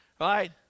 right